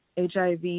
HIV